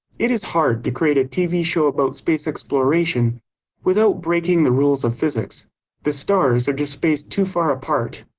it is hard to create a tv show about space exploration without breaking the rules of physics the stars are just spaced too far apart.